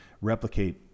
replicate